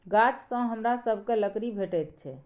गाछसँ हमरा सभकए लकड़ी भेटैत छै